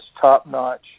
top-notch